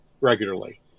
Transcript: regularly